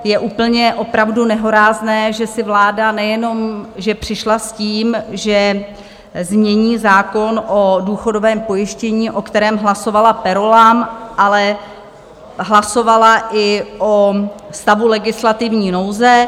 Je úplně opravdu nehorázné, že vláda nejenom že přišla s tím, že změní zákon o důchodovém pojištění, o kterém hlasovala per rollam, ale hlasovala i o stavu legislativní nouze.